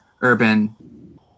urban